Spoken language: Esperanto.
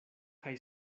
kaj